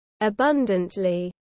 Abundantly